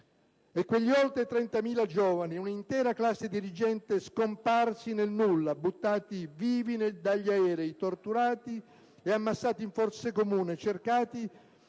Quegli oltre trentamila giovani (un'intera classe dirigente) scomparsi nel nulla, buttati vivi dagli aerei, torturati e ammassati in fosse comuni, cercati